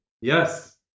yes